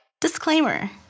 Disclaimer